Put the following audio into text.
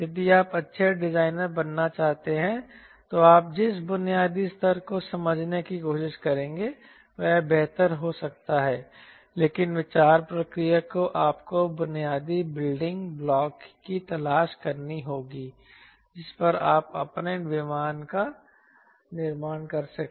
यदि आप अच्छे डिज़ाइनर बनना चाहते हैं तो आप जिस बुनियादी स्तर को समझने की कोशिश करेंगे वह बेहतर हो सकता है लेकिन विचार प्रक्रिया को आपको बुनियादी बिल्डिंग ब्लॉक की तलाश करनी होगी जिस पर आप अपने विमान का निर्माण कर सकें